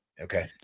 Okay